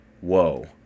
whoa